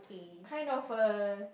kind of err